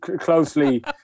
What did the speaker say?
closely